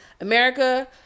America